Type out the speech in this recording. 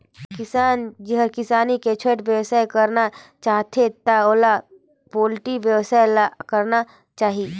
किसान जेहर किसानी के छोयड़ बेवसाय करना चाहथे त ओला पोल्टी बेवसाय ल करना चाही